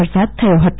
વરસાદ થયો હતો